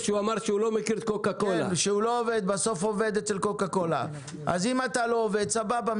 זה לא פייר לומר את זה כיוון ש אז למה אתה לא מתייחס ספציפית,